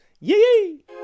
yee